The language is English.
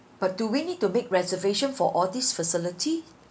but do we need to make reservation for all this facility